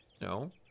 no